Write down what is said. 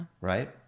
right